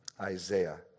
Isaiah